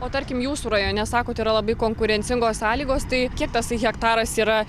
o tarkim jūsų rajone sakot yra labai konkurencingos sąlygos tai kiek tasai hektaras yra